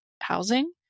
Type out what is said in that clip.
housing